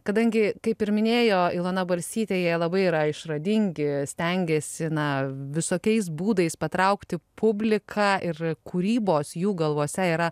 kadangi kaip ir minėjo ilona balsytė jie labai yra išradingi stengiasi na visokiais būdais patraukti publiką ir kūrybos jų galvose yra